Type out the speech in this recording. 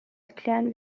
erklären